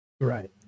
right